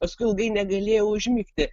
paskui ilgai negalėjau užmigti